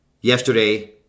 Yesterday